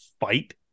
fight